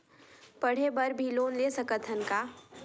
पढ़े बर भी लोन ले सकत हन का?